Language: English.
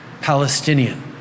Palestinian